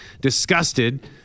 Disgusted